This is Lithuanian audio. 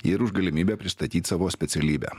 ir už galimybę pristatyt savo specialybę